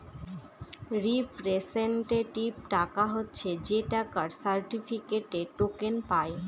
representative টাকা হচ্ছে যে টাকার সার্টিফিকেটে, টোকেন পায়